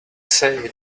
say